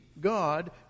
God